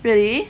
really